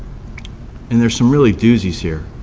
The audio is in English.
and there's some really douzies here,